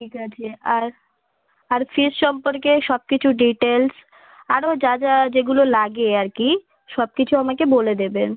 ঠিক আছে আর আর ফিজ সম্পর্কে সবকিছু ডিটেলস আরও যা যা যেগুলো লাগে আর কি সব কিছু আমাকে বলে দেবেন